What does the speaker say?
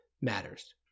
matters